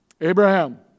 Abraham